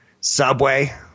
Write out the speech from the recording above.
Subway